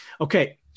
okay